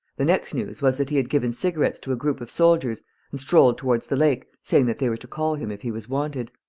the next news was that he had given cigarettes to a group of soldiers and strolled toward the lake, saying that they were to call him if he was wanted.